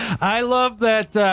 i love that.